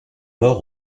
mort